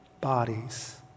bodies